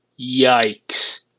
Yikes